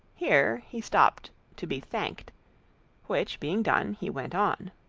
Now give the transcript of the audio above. here he stopped to be thanked which being done, he went on.